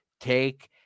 take